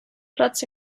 platz